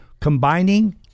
combining